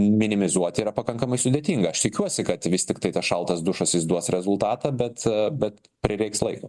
minimizuoti yra pakankamai sudėtinga aš tikiuosi kad vis tiktai tas šaltas dušas jis duos rezultatą bet bet prireiks laiko